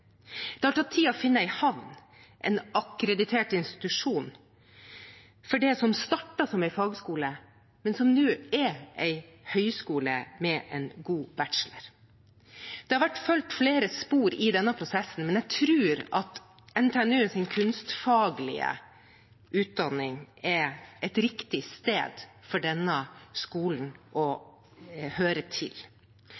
Det har tatt tid å finne en havn, en akkreditert institusjon, for det som startet som en fagskole, men som nå er en høyskole med en god bachelor. Det har vært fulgt flere spor i denne prosessen, men jeg tror at NTNUs kunstfaglige utdanning er et riktig sted for denne skolen å